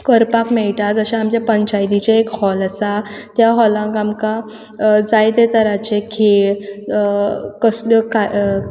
करपाक मेळटा जशें आमचें पंचायतीचें एक हॉल आसा त्या हॉलाक आमकां जायते तराचे खेळ कसल्यो